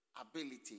Ability